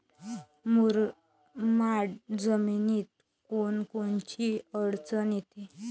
मुरमाड जमीनीत कोनकोनची अडचन येते?